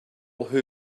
who